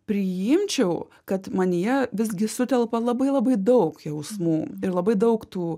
priimčiau kad manyje visgi sutelpa labai labai daug jausmų ir labai daug tų